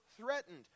threatened